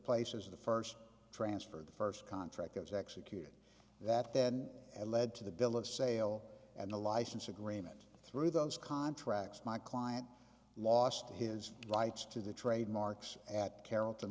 place as the first transfer the first contract was executed that then led to the bill of sale and the license agreement through those contracts my client lost his rights to the trademarks at carrol